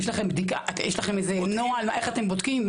יש לכם איזה נוהל, איך אתם בודקים?